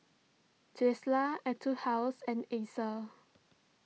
Tesla Etude House and Acer